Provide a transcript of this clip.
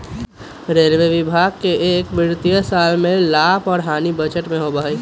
railway विभाग में एक वित्तीय साल में लाभ और हानि बजट में होबा हई